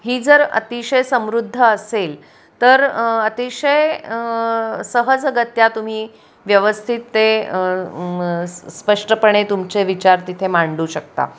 ही जर अतिशय समृद्ध असेल तर अतिशय सहजगत्या तुम्ही व्यवस्थित ते स्पष्टपणे तुमचे विचार तिथे मांडू शकता